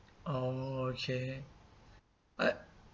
oh okay but